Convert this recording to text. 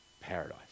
paradise